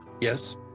Yes